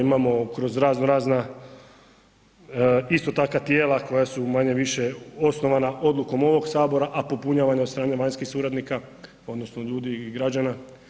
Imamo kroz razno-razna isto takva tijela koja su manje-više osnovana odlukom ovoga Sabora a popunjavana od strane vanjskih suradnika odnosno ljudi i građana.